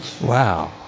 Wow